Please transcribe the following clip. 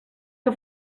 que